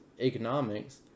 economics